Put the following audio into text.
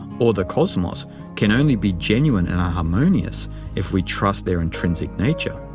or the cosmos can only be genuine and harmonious if we trust their intrinsic nature.